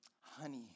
honey